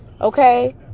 okay